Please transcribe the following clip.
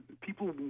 People